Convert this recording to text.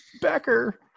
Becker